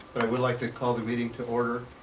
would like to call the meeting to order.